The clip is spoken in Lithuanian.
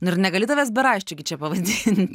nu ir negali tavęs beraščiu gi čia pavadint